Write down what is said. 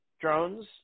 drones